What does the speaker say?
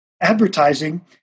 advertising